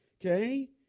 okay